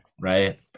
right